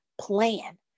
plan